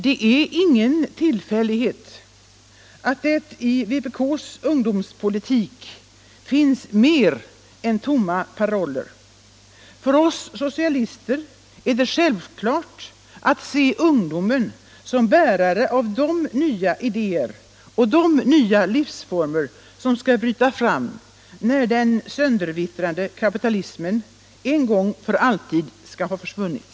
Det är ingen tillfällighet att det i vpk:s ungdomspolitik finns mer än tomma paroller. För oss socialister är det självklart att se ungdomen som bärare av de nya idéer och de nya livsformer som skall bryta fram när den söndervittrande kapitalismen en gång för alltid skall ha försvunnit.